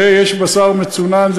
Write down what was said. ויש בשר מצונן,